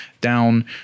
down